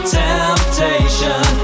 temptation